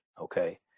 okay